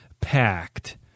packed